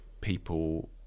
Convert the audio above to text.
people